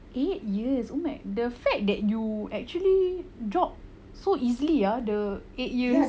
eight years oh my the fact that you actually drop so easily ah the eight years